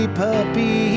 puppy